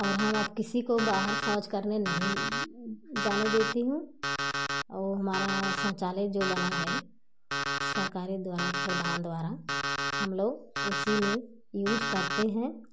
और हम अब किसी को बाहर शौच करने नहीं जाने देती हूँ औ हमारा शौचालय जो बना है सरकारी द्वारा प्रधान द्वारा हम लोग उसी में यूज करते हैं